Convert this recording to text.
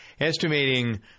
estimating